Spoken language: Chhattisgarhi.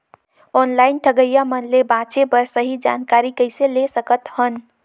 ऑनलाइन ठगईया मन ले बांचें बर सही जानकारी कइसे ले सकत हन?